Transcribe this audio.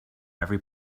every